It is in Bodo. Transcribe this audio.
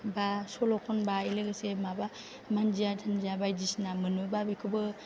बा सल' खनबाय लोगोसे माबा मानजिया थुनजिया बायदिसिना मोनोबा बेखौबो